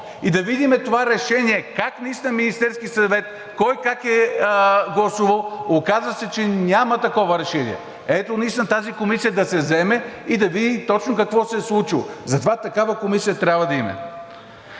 да видим за това решение в Министерския съвет кой как е гласувал. Оказа се, че няма такова решение. Ето, тази комисия да се заеме и да види точно какво се е случило. Затова такава комисия трябва да има.